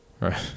Right